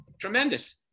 tremendous